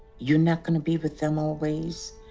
you're not going to be with them always,